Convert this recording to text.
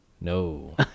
no